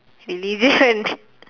religion